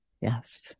yes